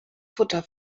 futter